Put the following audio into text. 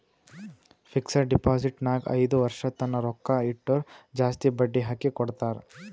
fixed deposit ನಾಗ್ ಐಯ್ದ ವರ್ಷ ತನ್ನ ರೊಕ್ಕಾ ಇಟ್ಟುರ್ ಜಾಸ್ತಿ ಬಡ್ಡಿ ಹಾಕಿ ಕೊಡ್ತಾರ್